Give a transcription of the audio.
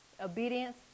obedience